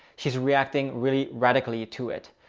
she's reacting really radically to it.